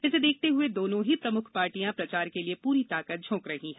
इसे देखते हए दोनों ही प्रमुख पार्टियां प्रचार के लिए पूरी ताकत झोंक रही हैं